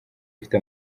ifite